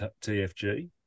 TFG